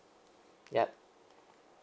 yup